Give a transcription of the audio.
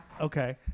Okay